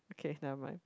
okay never mind